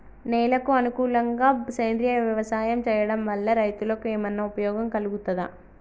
నేలకు అనుకూలంగా సేంద్రీయ వ్యవసాయం చేయడం వల్ల రైతులకు ఏమన్నా ఉపయోగం కలుగుతదా?